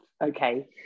Okay